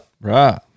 Right